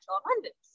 abundance